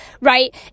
Right